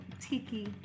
tiki